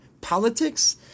politics